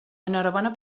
enhorabona